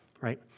right